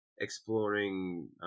exploring